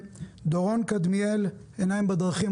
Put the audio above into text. דורון קדמיאל, "עיניים בדרכים".